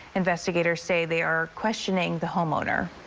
investigators say they are questioning the homeowner.